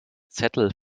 zettel